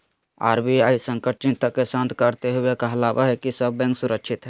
RBI संकट चिंता के शांत करते हुए कहलकय कि सब बैंक सुरक्षित हइ